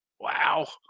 Wow